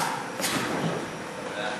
סעיפים